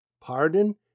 pardon